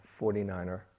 49er